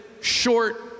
short